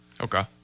Okay